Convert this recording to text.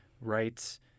rights